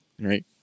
right